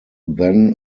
then